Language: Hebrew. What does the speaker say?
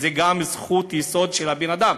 וגם זו זכות יסוד של הבן-אדם.